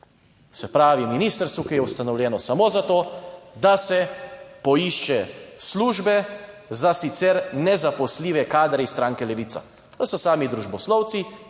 Se pravi ministrstvu, ki je ustanovljeno samo za to, da se poišče službe za sicer nezaposljive kadre iz stranke Levica. To so sami družboslovci,